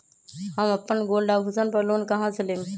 हम अपन गोल्ड आभूषण पर लोन कहां से लेम?